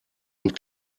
und